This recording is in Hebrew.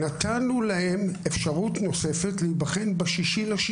נתנו להם אפשרות נוספת להיבחן ב-6.6,